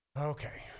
Okay